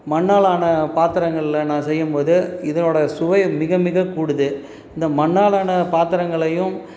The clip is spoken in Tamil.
மண்ணாலான பத்திரங்கள்ல நான் செய்யும்போது இதனோடய சுவை மிகமிக கூடுது இந்த மண்ணாலான பாத்திரங்களையும்